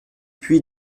puy